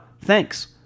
Thanks